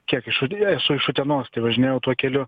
kiek iš o deja esu iš utenos tai važinėjau tuo keliu